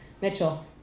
Mitchell